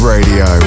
Radio